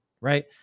right